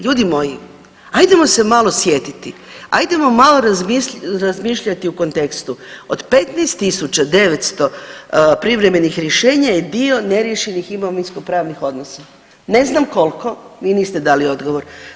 Ljudi moji, ajdemo se malo sjetiti, ajdemo malo razmišljati u kontekstu, od 15.900 privremenih rješenja je dio neriješenih imovinskopravnih odnosa, ne znam kolko, vi niste dali odgovor.